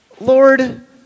Lord